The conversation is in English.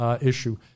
issue